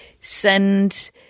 send